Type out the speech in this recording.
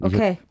Okay